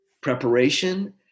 preparation